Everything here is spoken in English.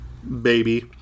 Baby